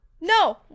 no